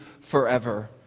forever